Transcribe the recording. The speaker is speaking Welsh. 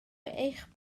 eich